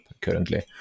currently